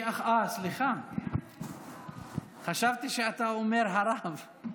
אה, סליחה, חשבתי שאתה אומר "הרב".